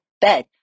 bed